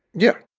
yeah